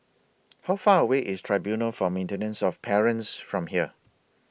How Far away IS Tribunal For Maintenance of Parents from here